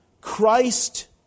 Christ